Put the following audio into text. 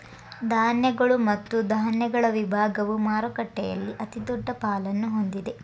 ಧಾನ್ಯಗಳು ಮತ್ತು ಧಾನ್ಯಗಳ ವಿಭಾಗವು ಮಾರುಕಟ್ಟೆಯಲ್ಲಿ ಅತಿದೊಡ್ಡ ಪಾಲನ್ನು ಹೊಂದಿದೆ